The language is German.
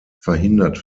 verhindert